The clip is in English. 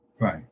right